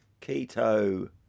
Keto